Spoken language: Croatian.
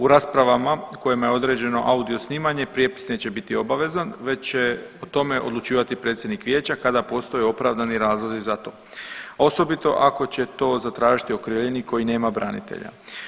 U raspravama u kojima je određeno audio snimanje prijepis neće biti obavezan već će o tome odlučivati predsjednik vijeća kada postoje opravdani razlozi za to, a osobito ako će to zatražiti okrivljenik koji nema branitelja.